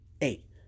eight